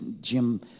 Jim